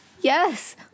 Yes